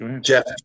Jeff